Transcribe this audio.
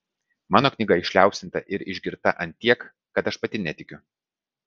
mano knyga išliaupsinta ir išgirta ant tiek kad aš pati netikiu